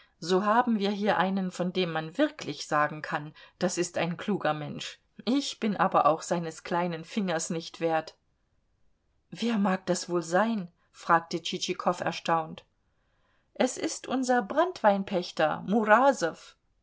so haben wir hier einen von dem man wirklich sagen kann das ist ein kluger mensch ich bin aber auch seines kleinen fingers nicht wert wer mag das wohl sein fragte tschitschikow erstaunt es ist unser branntweinpächter murasow